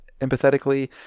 empathetically